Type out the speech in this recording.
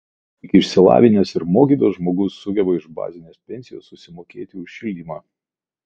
tik išsilavinęs ir mokytas žmogus sugeba iš bazinės pensijos susimokėti už šildymą